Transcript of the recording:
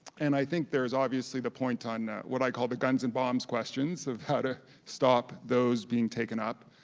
and i think there is obviously the point on what i call the guns and bombs questions of how to stop those being taken up,